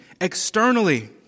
externally